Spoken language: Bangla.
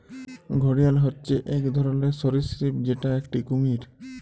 ঘড়িয়াল হচ্যে এক ধরলর সরীসৃপ যেটা একটি কুমির